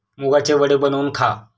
मुगाचे वडे बनवून खा